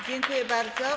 Dziękuję bardzo.